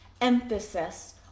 emphasis